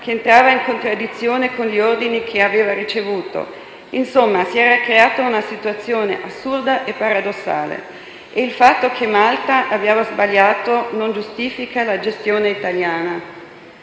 che entrava in contraddizione con gli ordini che aveva ricevuto. Insomma, si era creata una situazione assurda e paradossale. Il fatto che Malta abbia sbagliato non giustifica la gestione italiana.